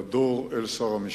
לדור אל שר המשפטים.